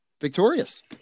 victorious